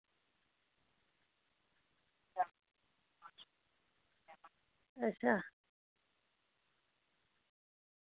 अच्छा